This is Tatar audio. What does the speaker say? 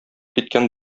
киткән